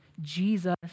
Jesus